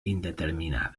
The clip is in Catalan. indeterminada